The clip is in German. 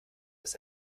dass